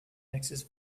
mixes